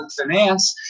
finance